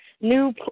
new